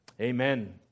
Amen